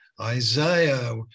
Isaiah